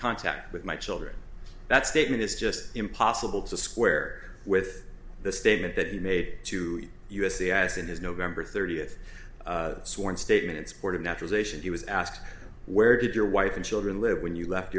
contact with my children that statement is just impossible to square with the statement that he made to us c i s and his november thirtieth sworn statement in support of naturalization he was asked where did your wife and children live when you left